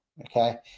Okay